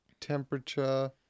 temperature